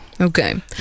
Okay